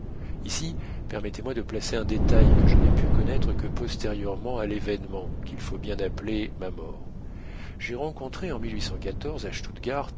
ici permettez-moi de placer un détail que je n'ai pu connaître que postérieurement à l'événement qu'il faut bien appeler ma mort j'ai rencontré en